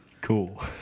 Cool